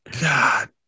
God